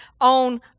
on